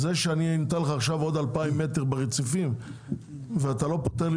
זה שאני נותן לך עוד 2,000 מטר ברציפים ואתה לא פותר לי